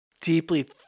deeply